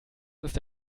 ist